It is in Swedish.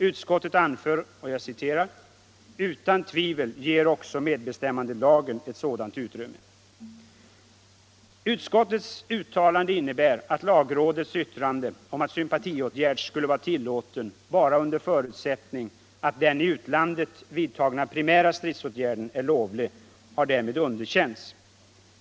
Utskottet anför: ”Utan tvivel ger också medbestämmandelagen ett sådant utrymme.” Utskottets uttalande innebär att lagrådets yttrande om att sympatiåtgärd skulle vara tillåten bara under förutsättning att den i utlandet vidtagna primära stridsåtgärden är lovlig har därmed underkänts.